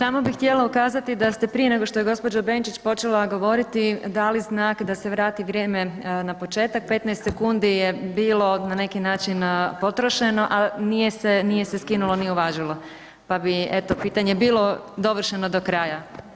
Samo bih htjela ukazati da ste prije nego što je gđa. Benčić počela govoriti, dali znak da se vrati vrijeme na početak, 15 sekundi je bilo na neki način potrošeno, a nije se, nije se skinulo ni uvažilo, pa bi eto pitanje bilo dovršeno do kraja.